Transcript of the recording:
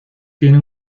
tiene